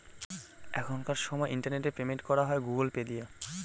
এখনকার সময় internet payment করা হয় গুগুল পে দিয়ে